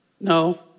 no